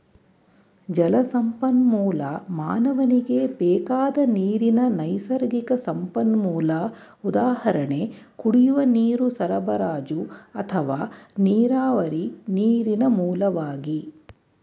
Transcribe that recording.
ಜಲಸಂಪನ್ಮೂಲ ಮಾನವನಿಗೆ ಬೇಕಾದ ನೀರಿನ ನೈಸರ್ಗಿಕ ಸಂಪನ್ಮೂಲ ಉದಾಹರಣೆ ಕುಡಿಯುವ ನೀರು ಸರಬರಾಜು ಅಥವಾ ನೀರಾವರಿ ನೀರಿನ ಮೂಲವಾಗಿ